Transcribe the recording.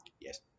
Yes